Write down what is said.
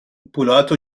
پولهاتو